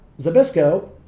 Zabisco